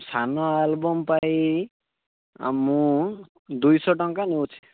ସାନ ଆଲବମ୍ ପାଇଁ ମୁଁ ଦୁଇଶହ ଟଙ୍କା ନେଉଛି